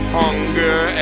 hunger